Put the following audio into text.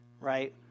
right